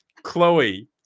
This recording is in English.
Chloe